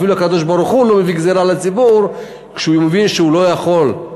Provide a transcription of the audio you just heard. אפילו הקדוש-ברוך-הוא לא מביא גזירה לציבור כשהוא מבין שהוא לא יכול,